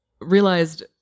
realized